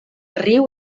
riu